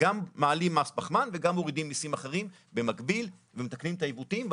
גם מעלים מס פחמן וגם מורידים מיסים אחרים במקביל ומתקנים את העיוותים,